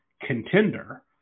contender